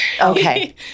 Okay